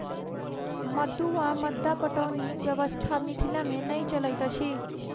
मद्दु वा मद्दा पटौनी व्यवस्था मिथिला मे नै चलैत अछि